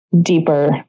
deeper